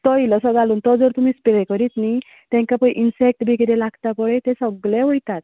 तो इल्लोसो घालून तो जर तो स्प्रे करीत न्हय तेंकां पळय इनसेक्ट बी लागता पळय ते सगलें वयता